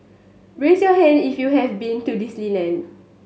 raise your hand if you have been to Disneyland